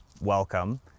welcome